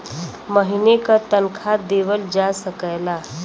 महीने का तनखा देवल जा सकला